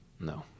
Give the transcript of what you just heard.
No